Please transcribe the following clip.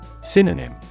Synonym